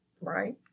Right